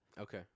Okay